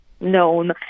known